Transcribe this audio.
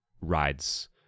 rides